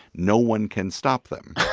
no one can stop them,